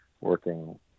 working